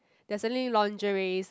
they are selling lingerie